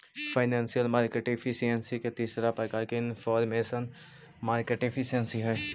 financial market efficiency के तीसरा प्रकार इनफॉरमेशनल मार्केट एफिशिएंसी हइ